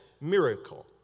miracle